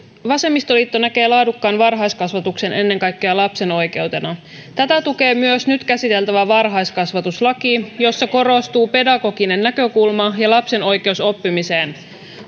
vasemmistoliitto näkee laadukkaan varhaiskasvatuksen ennen kaikkea lapsen oikeutena tätä tukee myös nyt käsiteltävä varhaiskasvatuslaki jossa korostuu pedagoginen näkökulma ja lapsen oikeus oppimiseen